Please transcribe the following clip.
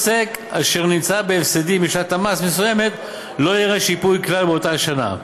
עוסק אשר נמצא בהפסדים בשנת מס מסוימת לא יראה שיפוי כלל באותה השנה.